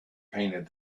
painted